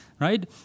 right